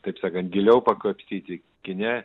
taip sakant giliau pakapstyti kine